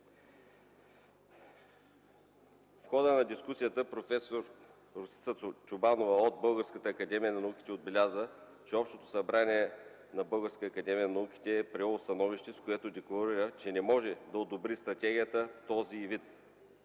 В хода на дискусията проф. Росица Чобанова от Българската академия на науките отбеляза, че общото събрание на БАН е приело становище, с което декларира, че не може да одобри стратегията в този й вид.